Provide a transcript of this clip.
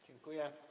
Dziękuję.